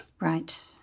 Right